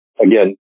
again